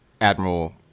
Admiral